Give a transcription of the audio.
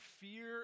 fear